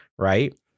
right